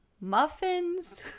muffins